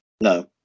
No